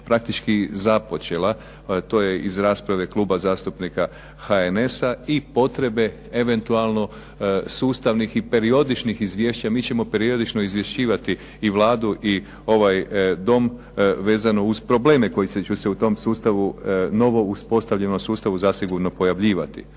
praktički započela. To je iz rasprave Kluba zastupnika HNS-a i potrebe eventualno sustavnih i periodičnih izvješća mi ćemo periodično izvješćivati i Vladu i ovaj Dom vezano uz probleme koji će se u tom sustavu, novom uspostavljenom sustavu zasigurno pojavljivati.